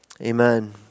Amen